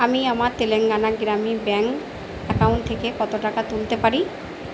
আমি আমার Telangana Grameen bank account থেকে কত টাকা তুলতে পারি